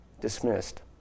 dismissed